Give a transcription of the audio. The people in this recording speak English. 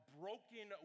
broken